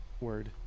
word